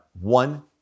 One